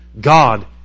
God